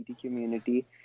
community